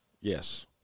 Yes